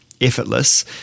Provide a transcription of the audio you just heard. effortless